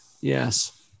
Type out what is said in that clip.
Yes